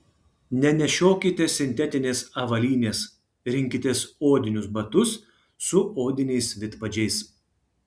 nenešiokite sintetinės avalynės rinkitės odinius batus su odiniais vidpadžiais